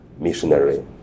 missionary